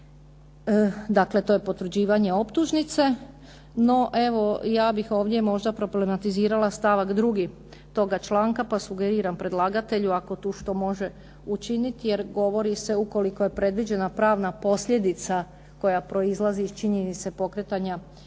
Dakle, to je potvrđivanje optužnice. No evo, ja bih ovdje možda problematizirala stavak 2. toga članka pa sugeriram predlagatelju ako tu što može učiniti, jer govori se ukoliko je predviđena pravna posljedica koja proizlazi iz činjenice pokretanja kaznenoga